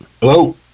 Hello